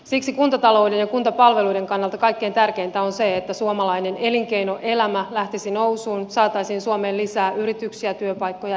siksi kuntatalouden ja kuntapalveluiden kannalta kaikkein tärkeintä on se että suomalainen elinkeinoelämä lähtisi nousuun saataisiin suomeen lisää yrityksiä työpaikkoja ja investointeja